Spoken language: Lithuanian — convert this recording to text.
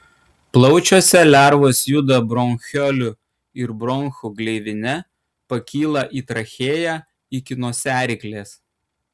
plaučiuose lervos juda bronchiolių ir bronchų gleivine pakyla į trachėją iki nosiaryklės